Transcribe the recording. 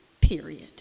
period